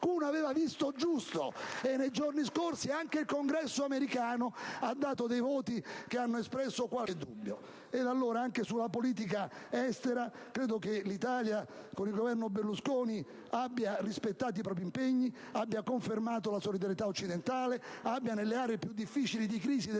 il Mediterraneo. Qualcuno aveva visto giusto, e nei giorni scorsi anche il Congresso americano ha dato dei voti che hanno espresso qualche dubbio. Anche in politica estera l'Italia, con il Governo Berlusconi, ha rispettato i propri impegni e confermato la solidarietà occidentale. Nelle aree più difficili di crisi del